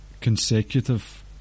Consecutive